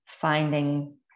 finding